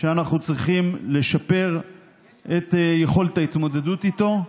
ואנחנו צריכים לשפר את יכולות ההתמודדות איתו,